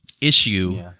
issue